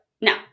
now